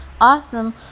awesome